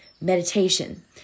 meditation